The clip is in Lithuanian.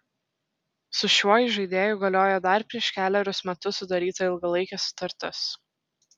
su šiuo įžaidėju galioja dar prieš kelerius metus sudaryta ilgalaikė sutartis